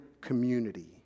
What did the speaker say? community